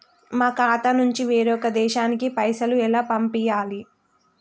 మా ఖాతా నుంచి వేరొక దేశానికి పైసలు ఎలా పంపియ్యాలి?